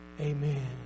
Amen